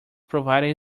provided